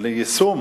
ליישום